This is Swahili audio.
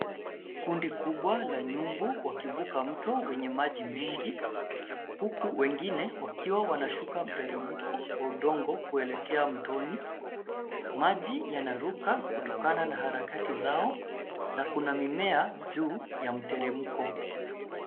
Kundi kubwa la nyumbu wakivuka mto wenye maji mengi huku wengine wakiwa wanashuka mteremko wa udongo kuelekea mtoni. Maji yanaruka kutokana na harakati zao na kuna mimea juu ya mteremko.